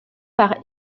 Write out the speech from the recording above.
par